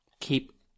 Keep